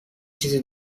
چیزه